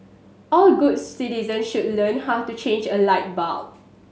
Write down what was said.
all good citizen should learn how to change a light bulb